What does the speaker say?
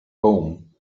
home